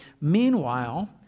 Meanwhile